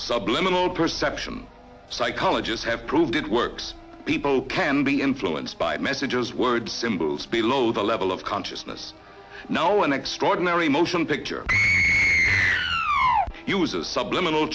subliminal perception psychologists have proved it works people can be influenced by messages words symbols below the level of consciousness know an extraordinary motion picture use of subliminal